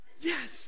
Yes